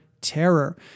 terror